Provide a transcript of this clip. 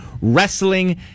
wrestling